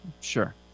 sure